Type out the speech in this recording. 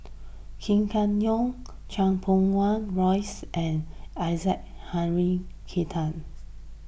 Kam Kee Yong Chan Pum Wah Roys and Isaac Henry